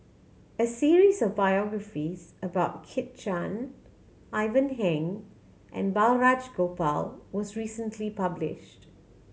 a series of biographies about Kit Chan Ivan Heng and Balraj Gopal was recently published